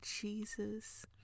Jesus